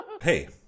Hey